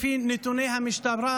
לפי נתוני המשטרה,